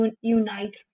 unite